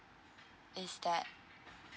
is that